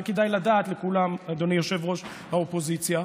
לכולם כדאי לדעת, אדוני יושב-ראש האופוזיציה,